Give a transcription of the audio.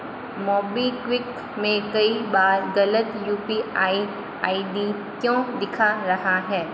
MobiKwik में कई बार गलत U P I I D क्यों दिखा रहा हैं